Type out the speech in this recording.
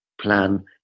plan